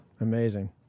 Amazing